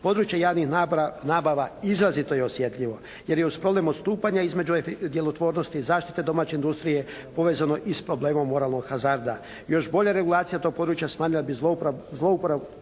Područje javnih nabava izrazito je osjetljivo jer je uz problem odstupanja između djelotvornosti zaštite domaće industrije povezano i s problemom moralnog hazarda. Još bolja regulacija tog područja smanjila bi zloupotrebu